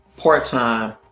part-time